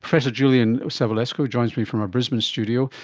professor julian savulescu joins me from our brisbane studio.